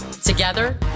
Together